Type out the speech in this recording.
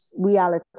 reality